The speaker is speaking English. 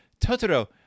Totoro